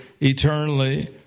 eternally